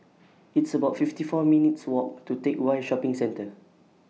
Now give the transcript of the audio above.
It's about fifty four minutes' Walk to Teck Whye Shopping Centre